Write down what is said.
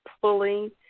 pulling